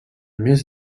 més